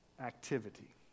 activity